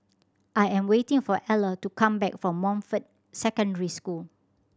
I am waiting for Eller to come back from Montfort Secondary School